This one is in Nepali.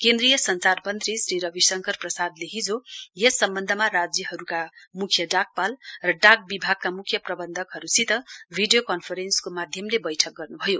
केन्द्रीय संचार मन्त्री श्री रविशङकर प्रसादले हिजो यस सम्वन्धमा राज्यहरूका मुख्य डाकपाल र डाक विभागका मुख्य महाप्रबन्धकहरूसित भिडियो कन्फरेन्सको माध्यमले बैठक गर्नुभयो